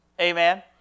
Amen